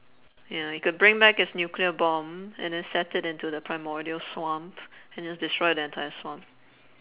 ya you could bring back this nuclear bomb and then set it into the primordial swamp and then just destroy the entire swamp